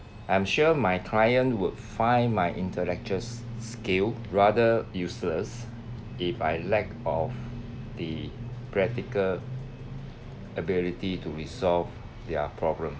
I'm sure my client would find my intellectuals skill rather useless if I lack of the practical ability to resolve their problem